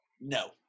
No